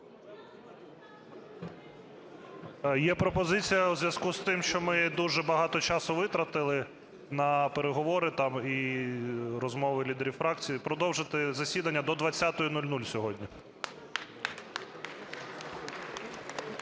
Є пропозиція. У зв'язку з тим, що ми дуже багато часу витратили на переговори там і розмови лідерів фракцій, продовжити засідання до 20:00 сьогодні.